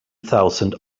thousand